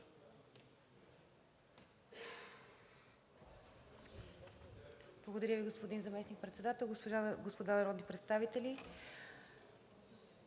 Благодаря Ви, господин Заместник-председател. Господа народни представители,